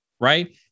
right